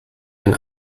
den